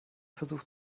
versucht